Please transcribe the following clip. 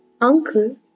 Uncle